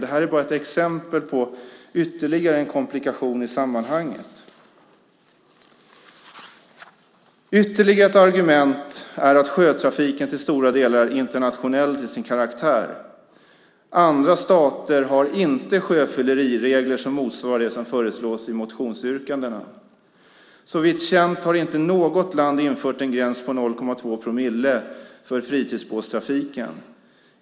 Det är ett exempel på ytterligare en komplikation i sammanhanget. Ytterligare ett argument är att sjötrafiken till stor del är internationell till sin karaktär. Andra stater har inte sjöfylleriregler som motsvarar dem som föreslås i motionsyrkandena. Såvitt känt har inte något land infört en gräns på 0,2 promille för fritidsbåtstrafiken.